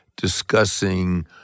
discussing